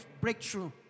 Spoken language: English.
breakthrough